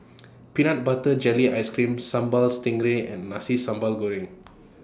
Peanut Butter Jelly Ice Cream Sambal Stingray and Nasi Sambal Goreng